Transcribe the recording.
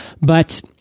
but-